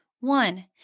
one